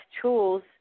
tools